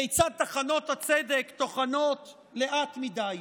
כיצד טחנות הצדק טוחנות לאט מדי.